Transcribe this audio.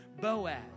Boaz